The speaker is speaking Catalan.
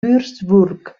würzburg